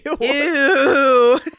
Ew